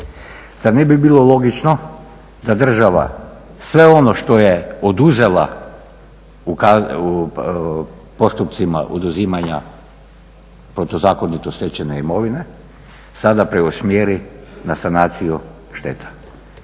Zar ne bi bilo logično da država sve ono što je oduzela u postupcima oduzimanje protuzakonito stečene imovine sada preusmjeri na sanaciju šteta.